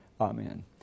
Amen